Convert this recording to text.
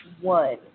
one